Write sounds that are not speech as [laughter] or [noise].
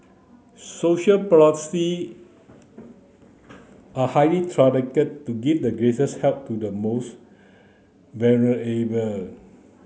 social policy are highly targeted to give the greatest help to the most [unintelligible]